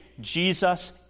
Jesus